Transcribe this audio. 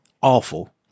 awful